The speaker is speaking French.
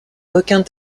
requin